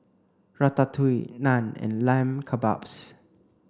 Ratatouille Naan and Lamb Kebabs